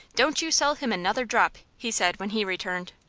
don't you sell him another drop! he said, when he returned.